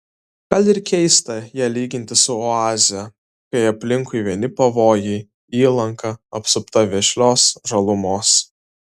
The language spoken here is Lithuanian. gal ir keista ją lyginti su oaze kai aplinkui vieni pavojai įlanka apsupta vešlios žalumos